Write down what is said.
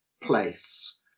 place